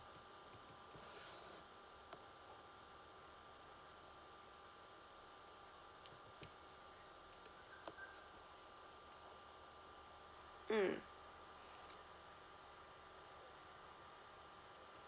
mm